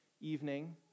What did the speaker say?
evening